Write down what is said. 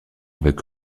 avec